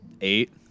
Eight